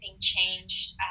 changed